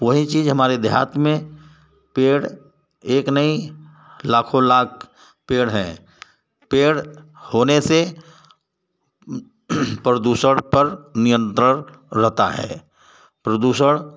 वही चीज़ हमारे देहात में पेड़ एक नहीं लाखों लाख पेड़ है पेड़ होने से प्रदूषण पर नियंत्रण रहता है प्रदूषण